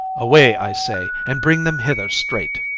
away, i say, and bring them hither straight.